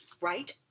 Right